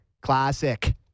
Classic